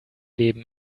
leben